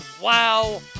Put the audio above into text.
Wow